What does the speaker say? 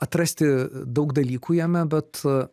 atrasti daug dalykų jame bet